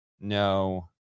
no